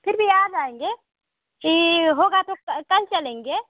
फिर भी आ जाएँगे यह होगा तो कल चलेंगे